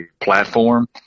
platform